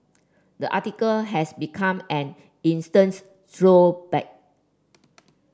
the article has become an instance troll bait